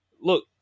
look